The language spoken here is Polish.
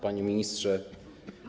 Panie Ministrze!